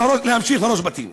להמשיך להרוס בתים.